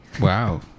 Wow